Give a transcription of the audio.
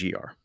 GR